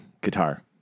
guitar